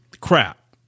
crap